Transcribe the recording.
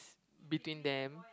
between them